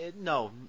no